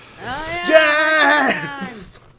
Yes